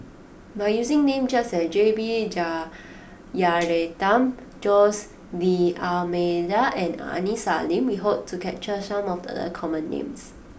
by using names such as J B Jeyaretnam Jose D'almeida and Aini Salim we hope to capture some of the common names